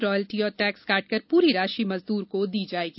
royalty और tax काटकर पूरी राशि मजदूर को दी जाएगी